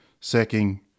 Sacking